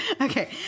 Okay